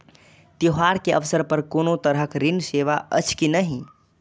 त्योहार के अवसर पर कोनो तरहक ऋण सेवा अछि कि नहिं?